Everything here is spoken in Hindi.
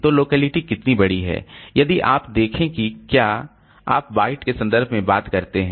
तो लोकेलिटी कितनी बड़ी है यदि आप देखें कि क्या आप बाइट के संदर्भ में बात करते हैं